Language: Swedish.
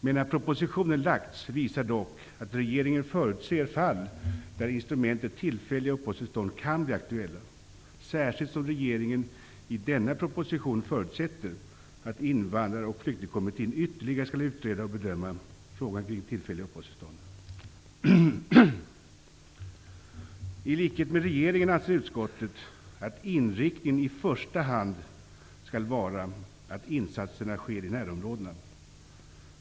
Men att propositionen lagts fram visar dock att regeringen förutser fall där instrumentet tillfälligt uppehållstillstånd kan bli aktuellt, särskilt som regeringen i denna proposition förutsätter att Invandrar och flyktingkommittén ytterligare skall utreda och bedöma frågan kring tillfälliga uppehållstillstånd. I likhet med regeringen anser utskottet att inriktningen i första hand skall vara att insatserna skall ske i närområdena.